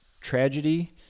tragedy